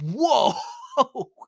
whoa